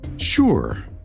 Sure